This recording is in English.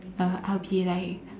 uh I'll be like